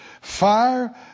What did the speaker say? fire